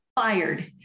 fired